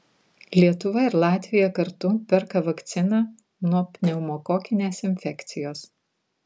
lietuva ir latvija kartu perka vakciną nuo pneumokokinės infekcijos